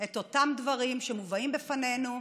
את אותם דברים שמובאים בפנינו.